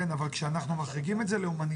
כן, אבל כשאנחנו מחריגים את זה להומניטרי,